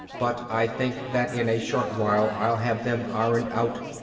but i think that in a short while i'll have them ironed out.